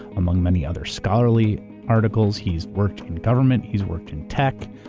among many other scholarly articles. he's worked in government, he's worked in tech,